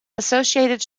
associated